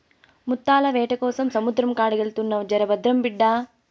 ముత్తాల వేటకోసం సముద్రం కాడికెళ్తున్నావు జర భద్రం బిడ్డా